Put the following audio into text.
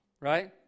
right